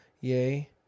Yea